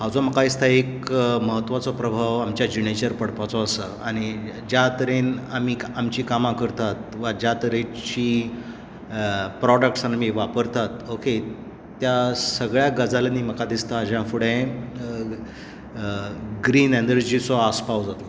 हाचो म्हाका दिसता एक म्हत्वाचो प्रभाव आमच्या जिणेचेर पडपाचो आसा आनी ज्या तरेन आमी आमची कामां करतात ज्या तरेचीं प्रोडक्ट्स आमी वापरतात ओके त्या सगळ्या गजालींनी म्हाका दिसता ह्या फुडें ग्रीन एनर्जीचो आसपाव जातलो